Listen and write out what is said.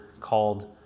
called